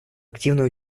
активное